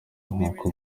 nk’uko